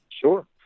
Sure